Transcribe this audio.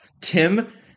Tim